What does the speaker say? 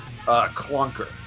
clunker